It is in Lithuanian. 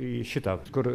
į šitą kur